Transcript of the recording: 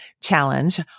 challenge